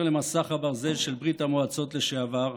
למסך הברזל של ברית המועצות לשעבר,